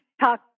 talk